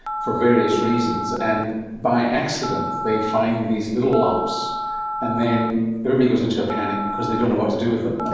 for various reasons, and by accident they find these little lumps and then everybody goes into a panic because they don't know what to do with them,